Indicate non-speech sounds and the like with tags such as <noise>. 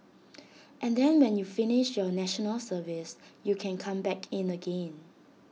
<noise> and then when you finish your National Service you can come back in again